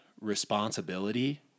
responsibility